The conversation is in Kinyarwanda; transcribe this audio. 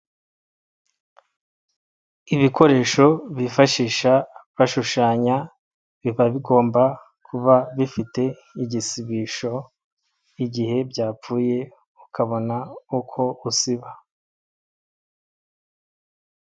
Ibikoresho bifashisha bashushanya biba bigomba kuba bifite igisibisho igihe byapfuye ukabona uko usiba.